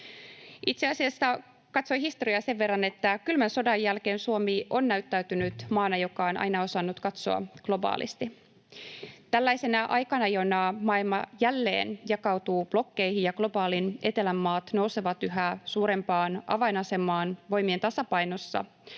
Itse asiassa katsoin historiaa sen verran, että kylmän sodan jälkeen Suomi on näyttäytynyt maana, joka on aina osannut katsoa globaalisti. Tällaisena aikana, jona maailma jälleen jakautuu blokkeihin ja globaalin etelän maat nousevat yhä suurempaan avainasemaan voimien tasapainossa,